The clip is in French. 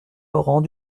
laurent